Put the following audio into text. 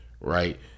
right